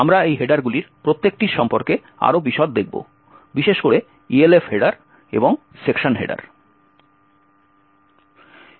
আমরা এই হেডারগুলির প্রত্যেকটির সম্পর্কে আরও বিশদ দেখব বিশেষ করে ELF হেডার এবং সেকশন হেডার